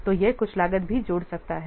तो यह कुछ लागत भी जोड़ सकता है